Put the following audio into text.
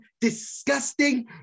disgusting